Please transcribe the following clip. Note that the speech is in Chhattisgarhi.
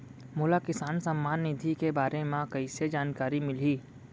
मोला किसान सम्मान निधि के बारे म कइसे जानकारी मिलही?